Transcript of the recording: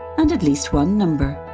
and at least one number.